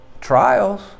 trials